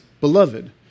beloved